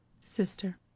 Sister